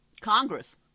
congress